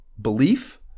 Belief